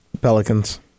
Pelicans